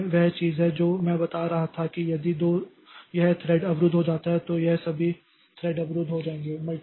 तो यह वह चीज है जो मैं बता रहा था कि यदि यह थ्रेड अवरुद्ध हो जाता है तो यह सभी थ्रेड अवरुद्ध हो जाएंगे